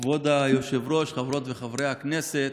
כבוד היושב-ראש, חברות וחברי הכנסת,